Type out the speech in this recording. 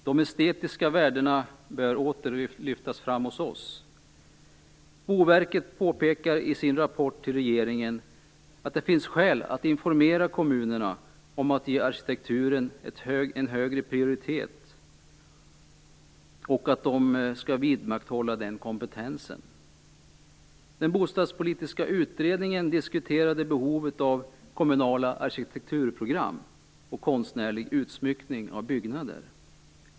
De estetiska värdena bör åter lyftas fram hos oss. Boverket påpekar i sin rapport till regeringen att det finns skäl att informera kommunerna om att ge arkitekturen en högre prioritet och att de skall vidmakthålla den kompetensen. Den bostadspolitiska utredningen diskuterade behovet av kommunala arkitekturprogram och konstnärlig utsmyckning av byggnader.